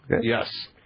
Yes